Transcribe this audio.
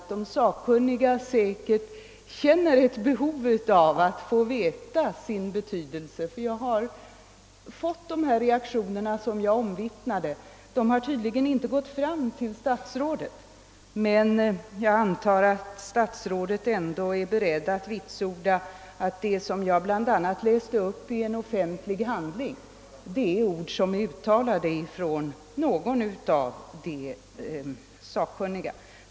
De sakkunniga känner säkert ett behov av att få veta sin betydelse. De reaktioner som jag omvittnade har tydligen inte nått fram till statsrådet, men jag antar att statsrådet ändå är beredd vitsorda att det som jag bland annat läste upp ur en offentlig handling är ord som faktiskt är uttalade av någon av de sakkunniga.